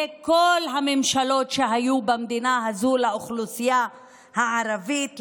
כל הממשלות שהיו במדינה הזו לאוכלוסייה הערבית,